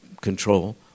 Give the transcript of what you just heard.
control